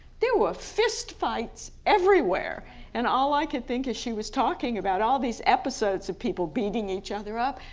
there were fistfights everywhere and all i could think as she was talking about all these episodes of people beating each other up,